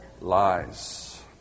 lies